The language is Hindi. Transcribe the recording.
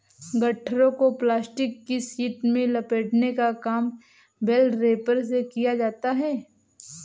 गट्ठरों को प्लास्टिक की शीट में लपेटने का काम बेल रैपर से किया जाता है